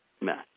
mess